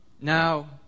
Now